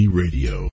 radio